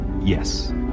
Yes